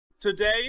Today